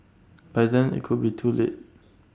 by then IT could be too late